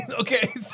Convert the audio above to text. okay